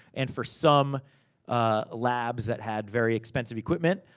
and for some labs that had very expensive equipment.